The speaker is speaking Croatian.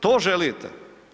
To želite?